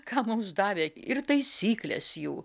ką mums davė ir taisykles jų